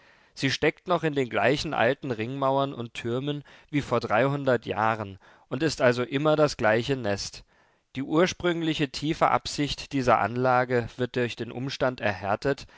sie steckt noch in den gleichen alten ringmauern und türmen wie vor dreihundert jahren und ist also immer das gleiche nest die ursprüngliche tiefe absicht dieser anlage wird durch den umstand erhärtet